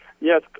Yes